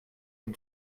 and